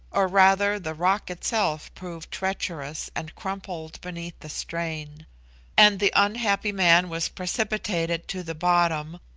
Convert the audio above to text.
or rather the rock itself proved treacherous and crumbled beneath the strain and the unhappy man was precipitated to the bottom,